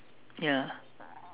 ya